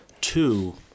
Two